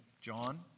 John